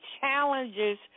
challenges